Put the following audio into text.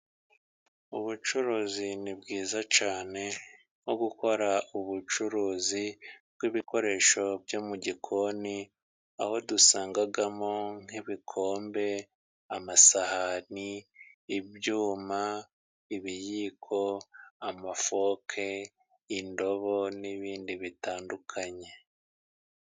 Ubucuruzi ni bwiza cyane, nko gukora ubucuruzi bw'bikoresho byo mu gikoni, aho dusangamo nk'ibikombe, amasahani, ibyuma, ibiyiko, amafoke, indobo n'ibindi bitandukanye.